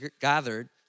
gathered